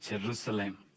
Jerusalem